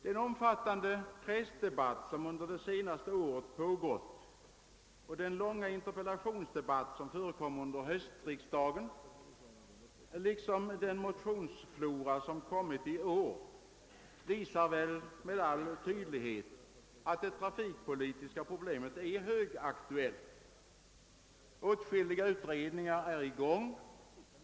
Den omfattande pressdebatt, som under det senaste året pågått och den långa interpellationsdebatt som förekom under höstriksdagen, liksom den mängd motioner som väckts i år, visar med all tydlighet att det trafikpolitiska problemet är högaktuellt. Åtskilliga utredningar är i gång.